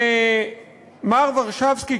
ומר ורשבסקי,